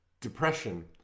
depression